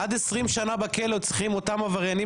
עד 20 שנה בכלא צריכים אותם עבריינים